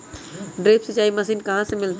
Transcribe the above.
Drip सिंचाई machine कहाँ से मिलतै?